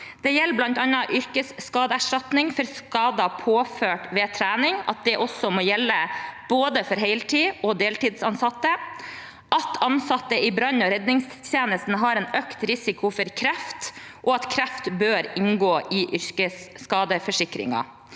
Det gjelder bl.a. yrkesskadeerstatning for skader påført ved trening, som må gjelde for både heltids- og deltidsansatte, og at ansatte i brann- og redningstjenesten har en økt risiko for kreft, og kreft derfor bør inngå i yrkesskadeforsikringen.